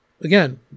again